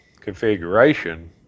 configuration